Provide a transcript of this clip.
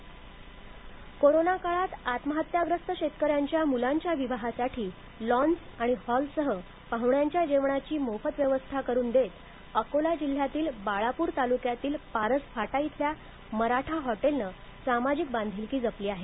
मोफत lawns Akola corona काळात आत्महत्याग्रस्त शेतकऱ्यांच्या मुलांच्या विवाहासाठी लॉन्स आणि हॉलसह पाहुण्यांच्या जेवणाची मोफत व्यवस्था करुन देत अकोला जिल्ह्यातील बाळापूर तालुक्यातील पारस फाटा इथल्या मराठा हॉटेलनं सामाजिक बांधिलकी जपली आहे